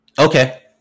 Okay